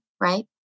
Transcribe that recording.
right